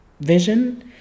vision